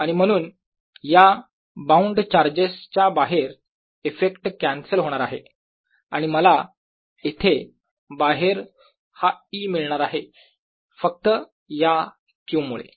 आणि म्हणून या बाउंड चार्जेस च्या बाहेर इफेक्ट कॅन्सल होणार आहे आणि मला इथे बाहेर हा E मिळणार आहे फक्त या Q मुळे